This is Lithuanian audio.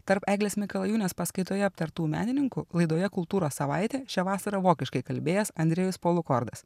tarp eglės mikalajūnės paskaitoje aptartų menininkų laidoje kultūros savaitė šią vasarą vokiškai kalbėjęs andrejus polukordas